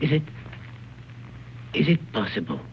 is it is it possible